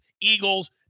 eagles